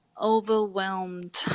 overwhelmed